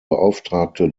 beauftragte